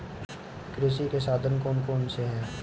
कृषि के साधन कौन कौन से हैं?